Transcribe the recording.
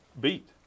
beat